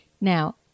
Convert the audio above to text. Now